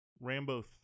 Rambo